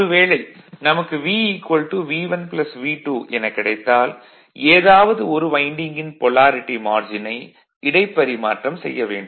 ஒரு வேளை நமக்கு V V1 V2 எனக் கிடைத்தால் ஏதாவது ஒரு வைண்டிங்கின் பொலாரிட்டி மார்ஜினை இடைப்பரிமாற்றம் செய்ய வேண்டும்